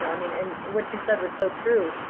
so i mean and what you said was so true,